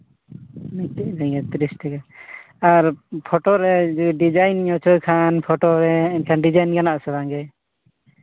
ᱛᱤᱨᱤᱥ ᱴᱟᱠᱟ ᱟᱨ ᱯᱷᱳᱴᱳ ᱨᱮ ᱰᱤᱡᱟᱭᱤᱱ ᱦᱚᱪᱚᱭ ᱠᱷᱟᱱ ᱯᱷᱳᱴᱳ ᱨᱮ ᱮᱱᱠᱷᱟᱱ ᱰᱤᱡᱟᱭᱤᱱ ᱜᱟᱱᱚᱜ ᱟᱥᱮ ᱵᱟᱝ ᱜᱮ